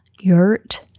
yurt